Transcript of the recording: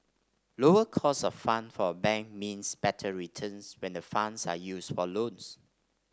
lower cost of fund for a bank means better returns when the funds are used for loans